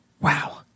Wow